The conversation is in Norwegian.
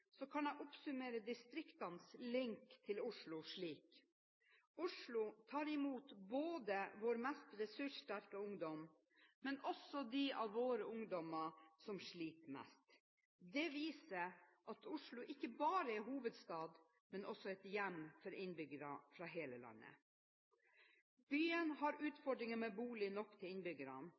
kan jeg oppsummere distriktenes link til Oslo slik: Oslo tar imot både våre mest ressurssterke ungdommer og de av våre ungdommer som sliter mest. Det viser at Oslo ikke bare er hovedstad, men også et hjem for innbyggere fra hele landet. Byen har utfordringer med nok boliger til innbyggerne